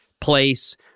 place